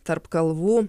tarp kalvų